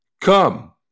Come